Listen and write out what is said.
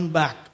back